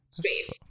space